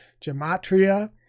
gematria